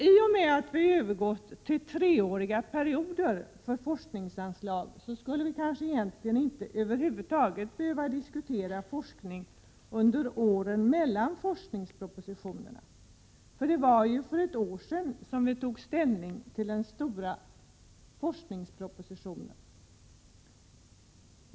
I och med att vi har övergått till treåriga perioder för forskningsanslag skulle vi kanske över huvud taget inte behöva diskutera forskning under åren mellan forskningspropositionerna. Det var ju för ett år sedan som vi tog ställning till den stora forskningspropositionen.